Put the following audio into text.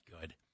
good